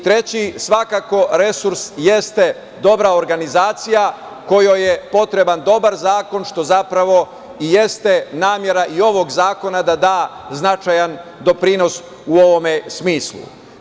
Treći, svakako, resurs jeste dobra organizacija kojoj je potreban dobar zakon, što zapravo i jeste namera i ovog zakona da da značajan doprinos u ovom smislu.